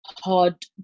hard